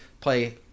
play